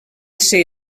ser